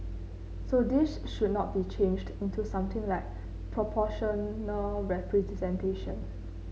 so this should not be changed into something like proportional representation